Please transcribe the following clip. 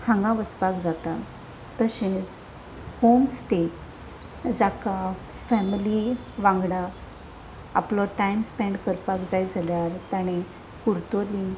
हांगा वचपाक जाता तशेंच होमस्टे जाका फॅमिली वांगडा आपलो टायम स्पँन्ड करपाक जाय जाल्यार ताणें कुरतरी